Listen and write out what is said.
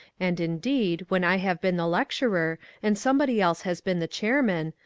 and indeed, when i have been the lecturer and somebody else has been the chairman,